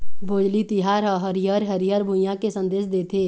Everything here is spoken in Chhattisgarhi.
भोजली तिहार ह हरियर हरियर भुइंया के संदेस देथे